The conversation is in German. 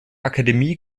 akademie